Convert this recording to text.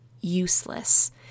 useless